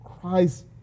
Christ